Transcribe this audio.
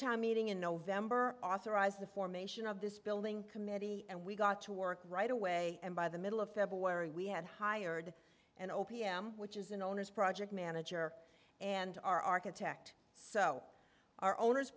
town meeting in november authorized the formation of this building committee and we got to work right away and by the middle of february we had hired and o p m which is an owner's project manager and our architect so our owners